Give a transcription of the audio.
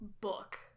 book